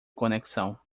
conexão